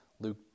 Luke